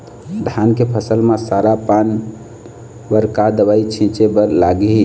धान के फसल म सरा पान बर का दवई छीचे बर लागिही?